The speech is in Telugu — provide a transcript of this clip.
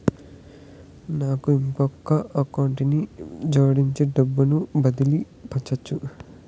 నాకు ఇంకొక అకౌంట్ ని జోడించి డబ్బును బదిలీ పంపొచ్చా?